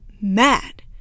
mad